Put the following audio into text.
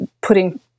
putting